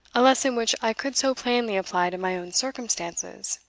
a lesson which i could so plainly apply to my own circumstances?